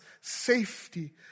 safety